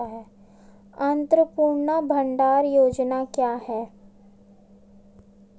अन्नपूर्णा भंडार योजना क्या है?